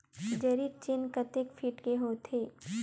जरीब चेन कतेक फीट के होथे?